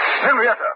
Henrietta